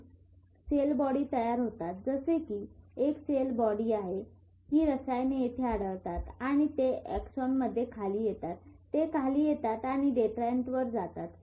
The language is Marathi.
तेथे काही रसायने आहेत जी सेल बॉडीमध्ये तयार होतात जसे की हे एक सेल बॉडी आहे ही रसायने येथे आढळतात आणि ते अॅक्सोनमध्ये खाली येतात ते खाली येतात आणि डेंड्राइटवर जातात